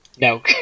no